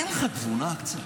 אין לך תבונה קצת?